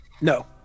No